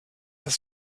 das